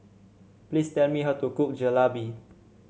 please tell me how to cook Jalebi